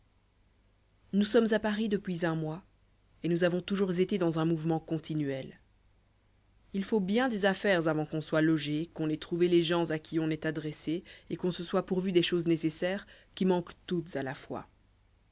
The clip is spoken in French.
nous sommes à paris depuis un mois et nous avons toujours été dans un mouvement continuel il faut bien des affaires avant qu'on soit logé qu'on ait trouvé les gens à qui on est adressé et qu'on se soit pourvu des choses nécessaires qui manquent toutes à la fois